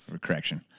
Correction